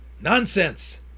Nonsense